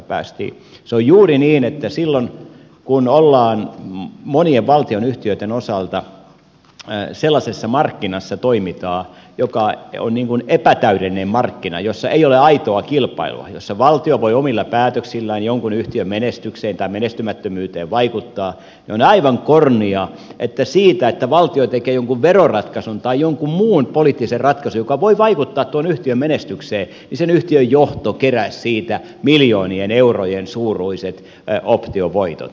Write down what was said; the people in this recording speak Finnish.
se on juuri niin että silloin kun monien valtionyhtiöitten osalta sellaisessa markkinassa toimitaan joka on epätäydellinen markkina jossa ei ole aitoa kilpailua jossa valtio voi omilla päätöksillään jonkun yhtiön menestykseen tai menestymättömyyteen vaikuttaa niin on aivan kornia että siitä että valtio tekee jonkun veroratkaisun tai jonkun muun poliittisen ratkaisun joka voi vaikuttaa tuon yhtiön menestykseen yhtiön johto keräisi miljoonien eurojen suuruiset optiovoitot